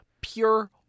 pure